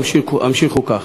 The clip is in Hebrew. המשיכו כך.